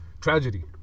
tragedy